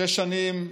שש שנים,